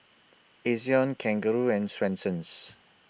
Ezion Kangaroo and Swensens